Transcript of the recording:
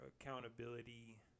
accountability